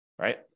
right